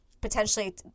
potentially